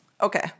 Okay